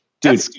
dude